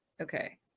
okay